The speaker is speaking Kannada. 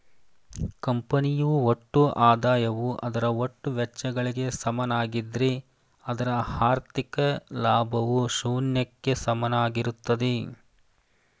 ಕಂಪನಿಯು ಒಟ್ಟು ಆದಾಯವು ಅದರ ಒಟ್ಟು ವೆಚ್ಚಗಳಿಗೆ ಸಮನಾಗಿದ್ದ್ರೆ ಅದರ ಹಾಥಿ೯ಕ ಲಾಭವು ಶೂನ್ಯಕ್ಕೆ ಸಮನಾಗಿರುತ್ತದೆ